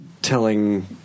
Telling